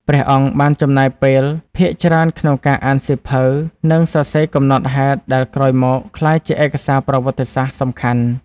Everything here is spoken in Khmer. ព្រះអង្គបានចំណាយពេលភាគច្រើនក្នុងការអានសៀវភៅ និងសរសេរកំណត់ហេតុដែលក្រោយមកក្លាយជាឯកសារប្រវត្តិសាស្ត្រសំខាន់។